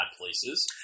places